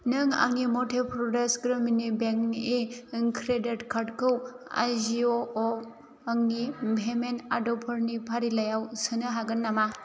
नों आंनि मध्य प्रदेश ग्रामिननि बेंकनि क्रेडिट कार्डखौ आजिय'आव आंनि पेमेन्ट आदबफोरनि फारिलाइयाव सोनो हागोन नामा